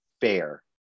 fair